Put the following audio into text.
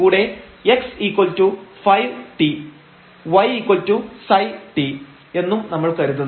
കൂടെ xϕt yψt എന്നും നമ്മൾ കരുതുന്നു